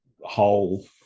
whole